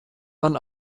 man